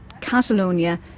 Catalonia